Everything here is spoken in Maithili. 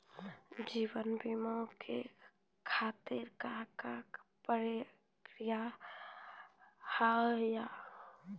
जीवन बीमा के खातिर का का प्रक्रिया हाव हाय?